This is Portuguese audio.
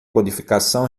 codificação